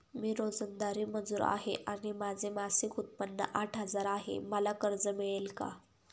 मी रोजंदारी मजूर आहे आणि माझे मासिक उत्त्पन्न आठ हजार आहे, मला कर्ज मिळेल का?